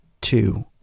two